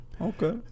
okay